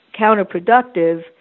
counterproductive